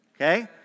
Okay